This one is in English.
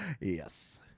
Yes